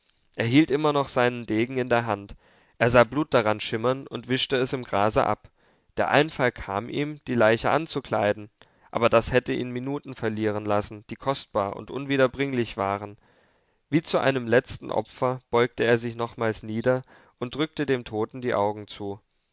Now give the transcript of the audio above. hielt immer noch seinen degen in der hand er sah blut daran schimmern und wischte es im grase ab der einfall kam ihm die leiche anzukleiden aber das hätte ihn minuten verlieren lassen die kostbar und unwiederbringlich waren wie zu einem letzten opfer beugte er sich nochmals nieder und drückte dem toten die augen zu